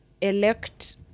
elect